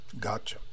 gotcha